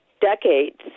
decades